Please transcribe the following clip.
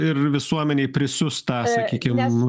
ir visuomenei prisiųs tą sakykim